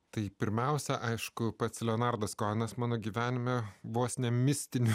tai pirmiausia aišku pats leonardas koenas mano gyvenime vos ne mistinė